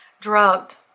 drugged